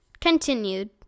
continued